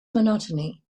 monotony